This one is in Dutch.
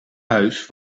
huis